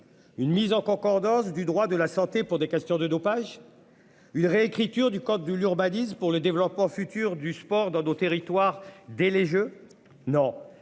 Une mise en concordance du droit de la santé pour des questions de dopage. Une réécriture du code de l'urbanisme pour le développement futur du sport dans nos territoires dès les Jeux. Non,